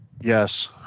Yes